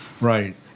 Right